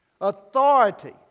Authority